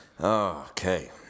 okay